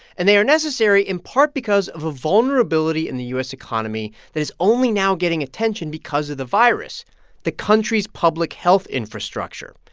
and they are necessary in part because of a vulnerability in the u s. economy that is only now getting attention because of the virus the country's public health infrastructure.